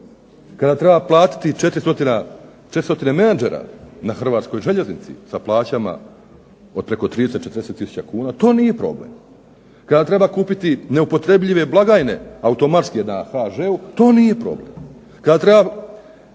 Kada treba platiti 4 stotine menadžera na Hrvatskoj željeznici, sa plaćama od preko 30, 40 tisuća kuna, to nije problem. Kada treba kupiti neupotrebljive blagajne, automatske na HŽ-u, to nije problem. Kada treba